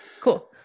cool